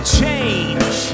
change